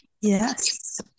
Yes